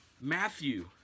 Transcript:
matthew